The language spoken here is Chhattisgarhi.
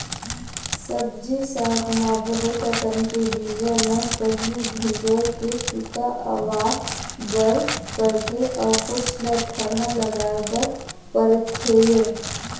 सब्जी साग म बहुत अकन के बीजा ल पहिली भिंजोय के पिका अवा बर परथे अउ कुछ ल थरहा लगाए बर परथेये